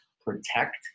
protect